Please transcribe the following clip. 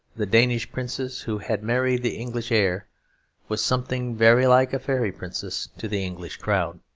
the danish princess who had married the english heir was something very like a fairy princess to the english crowd.